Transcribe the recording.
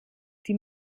die